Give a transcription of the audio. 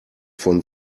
von